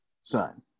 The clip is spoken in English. son